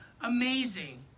amazing